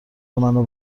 منو